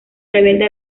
rebelde